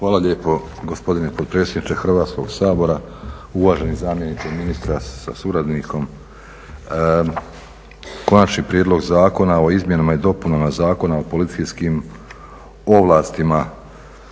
Hvala lijepo gospodine potpredsjedniče Hrvatskog sabora, uvaženi zamjeniče ministra sa suradnikom. Konačni prijedlog zakona o izmjenama i dopunama Zakona o policijskim ovlastima,